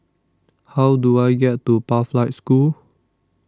How Do I get to Pathlight School